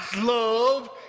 love